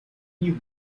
you